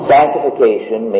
Sanctification